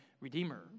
redeemer